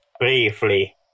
briefly